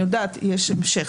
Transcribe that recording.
אני יודעת, יש המשך.